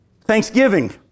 thanksgiving